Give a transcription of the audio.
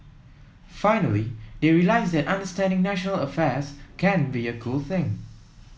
finally they realise that understanding national affairs can be a cool thing